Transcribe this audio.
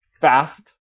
fast